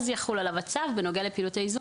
אז יחול עליו הצו בנוגע לפעילות הייזום.